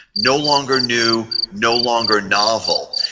no longer new, no longer novel.